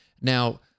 Now